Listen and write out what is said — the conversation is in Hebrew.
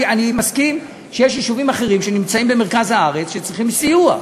אני מסכים שיש יישובים אחרים שנמצאים במרכז הארץ שצריכים סיוע,